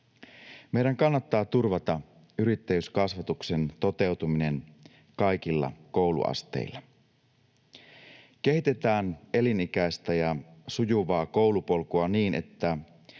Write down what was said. Meidän kannattaa turvata yrittäjyyskasvatuksen toteutuminen kaikilla kouluasteilla. Kehitetään elinikäistä ja sujuvaa koulupolkua niin, että